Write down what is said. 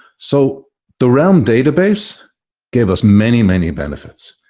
so the realm database gave us many, many benefits.